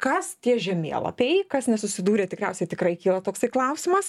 kas tie žemėlapiai kas nesusidūrę tikriausiai tikrai kyla toksai klausimas